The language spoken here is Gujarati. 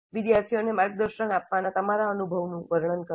વિદ્યાર્થીઓને માર્ગદર્શન આપવાનાં તમારો અનુભવનું વર્ણન કરો